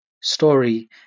story